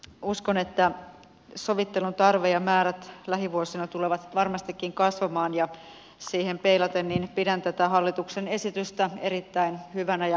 uskon että sovittelun tarve ja määrät lähivuosina tulevat varmastikin kasvamaan ja siihen peilaten pidän tätä hallituksen esitystä erittäin hyvänä ja kannatettavana